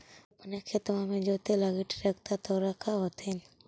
अपने खेतबा मे जोते लगी ट्रेक्टर तो रख होथिन?